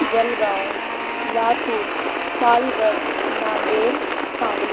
Jalgaon Latur Palgad Nanded Sangli